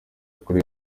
kuri